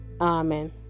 Amen